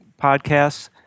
podcasts